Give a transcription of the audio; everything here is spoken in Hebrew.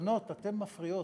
בנות, אתן מפריעות.